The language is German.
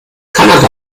kanada